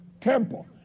temple